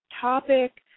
topic